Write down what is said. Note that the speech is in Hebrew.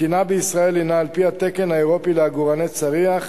התקינה בישראל הינה על-פי התקן האירופי לעגורני צריח,